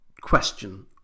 question